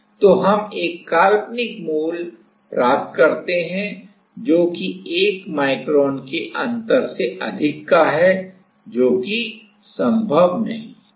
तो हम एक काल्पनिक मूल प्राप्त करते हैं जो कि 1 माइक्रोन के अंतर से अधिक का है जो कि संभव नहीं है